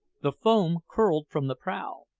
the foam curled from the prow,